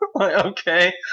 Okay